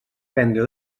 prendre